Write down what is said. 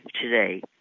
today